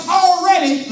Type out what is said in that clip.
already